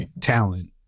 talent